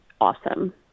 awesome